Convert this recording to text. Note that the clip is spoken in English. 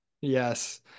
Yes